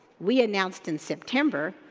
we announced in september,